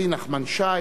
נחמן שי,